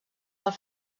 del